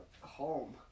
Home